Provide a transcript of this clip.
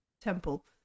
temple